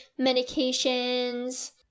medications